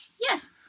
Yes